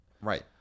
Right